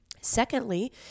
Secondly